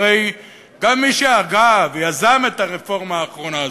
הרי גם מי שהגה ויזם את הרפורמה האחרונה הזאת,